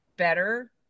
better